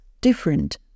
different